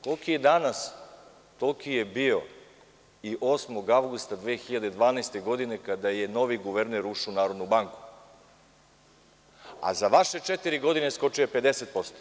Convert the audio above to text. Koliki je danas, toliki je bio i 8. avgusta 2012. godine kada je novi guverner ušao u Narodnu banku, a za vaše četiri godine skočio je 50%